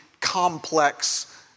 complex